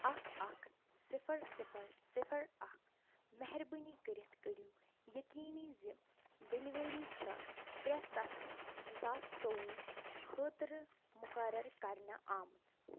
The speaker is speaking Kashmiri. اکھ اکھ صفر صفر صفر اکھ مہربٲنی کٔرتھ کٔرو یقیٖنی زِ ڈیٚلؤری چھِ ترٛےٚ ستھ زٕ ساس ژوٚوُہ خٲطرٕ مقرر کرنہٕ آمٕژ